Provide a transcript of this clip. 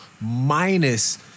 minus